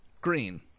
Green